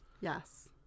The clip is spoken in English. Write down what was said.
Yes